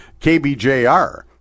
KBJR